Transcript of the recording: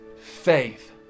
faith